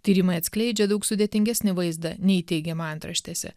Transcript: tyrimai atskleidžia daug sudėtingesnį vaizdą nei teigiama antraštėse